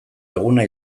eguna